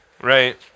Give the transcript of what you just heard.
Right